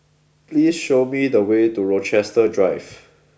please show me the way to Rochester Drive